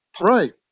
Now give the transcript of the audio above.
right